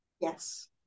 Yes